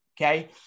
okay